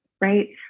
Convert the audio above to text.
right